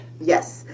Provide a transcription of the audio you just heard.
Yes